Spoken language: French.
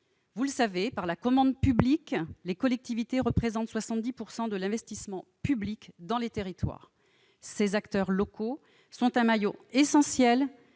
Vous le savez, par la commande publique, les collectivités représentent 70 % de l'investissement public dans les territoires. Ces acteurs locaux sont un maillon essentiel